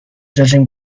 judging